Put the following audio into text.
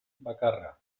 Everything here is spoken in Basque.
bakarra